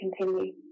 continue